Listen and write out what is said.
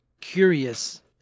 curious